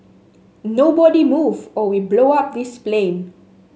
nobody move or we blow up this plane